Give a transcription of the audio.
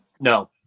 No